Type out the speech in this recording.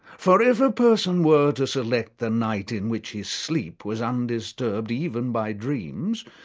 for if a person were to select the night in which his sleep was undisturbed even by dreams,